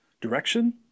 direction